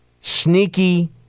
Sneaky